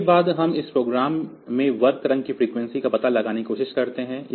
इसके बाद हम इस प्रोग्राम में वर्ग तरंग की फ्रीक्वेंसी का पता लगाने की कोशिश करते हैं